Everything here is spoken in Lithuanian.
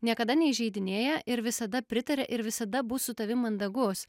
niekada neįžeidinėja ir visada pritaria ir visada bus su tavim mandagus